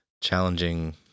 challenging